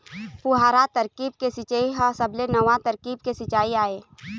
फुहारा तरकीब के सिंचई ह सबले नवा तरकीब के सिंचई आय